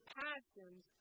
passions